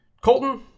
Colton